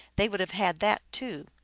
they would have had that too.